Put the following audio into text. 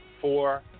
four